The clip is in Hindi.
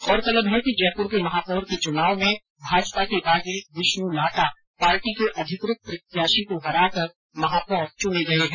गौरतलब है कि जयपुर के महापौर के चुनाव में भाजपा के बागी विष्णु लाटा पार्टी के अधिकृत प्रत्याशी को हराकर महापौर चुने गये हैं